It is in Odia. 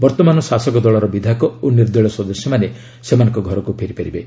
ବର୍ତ୍ତମାନ ଶାସକ ଦଳର ବିଧାୟକ ଓ ନିର୍ଦ୍ଦଳୀୟ ସଦସ୍ୟମାନେ ସେମାନଙ୍କ ଘରକୁ ଫେରିପାରିବେ